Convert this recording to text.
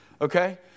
Okay